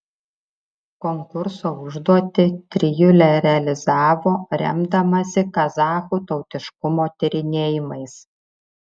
konkurso užduotį trijulė realizavo remdamasi kazachų tautiškumo tyrinėjimais